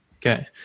Okay